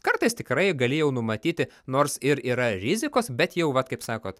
kartais tikrai galėjau numatyti nors ir yra rizikos bet jau vat kaip sakot